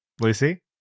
Lucy